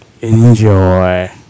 enjoy